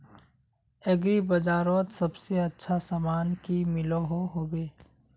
Agri बजारोत सबसे अच्छा सामान की मिलोहो होबे?